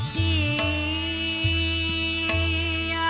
e